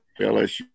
LSU